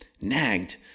nagged